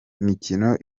mikino